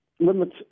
limits